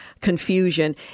Confusion